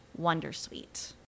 Wondersuite